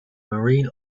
marine